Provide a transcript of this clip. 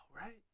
right